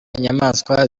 inyamaswa